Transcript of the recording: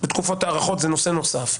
תקופות הארכה הן נושא נוסף,